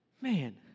Man